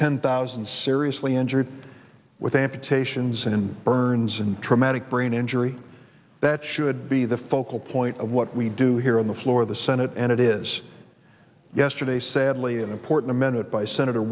ten thousand seriously injured with amputations and burns and traumatic brain injury that should be the focal point of what we do here on the floor of the senate and it is yesterday sadly an important minute by senator